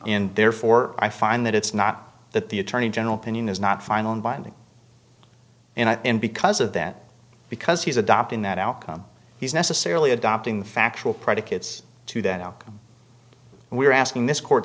in therefore i find that it's not that the attorney general pinion is not final and binding and because of that because he's adopting that outcome he's necessarily adopting the factual predicates to that outcome and we're asking this court